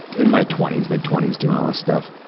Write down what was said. in my twenty s, mid twenty s, doing all this stuff.